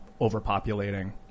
overpopulating